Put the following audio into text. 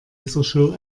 lasershow